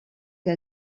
que